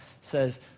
says